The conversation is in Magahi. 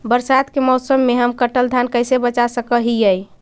बरसात के मौसम में हम कटल धान कैसे बचा सक हिय?